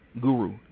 guru